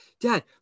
Dad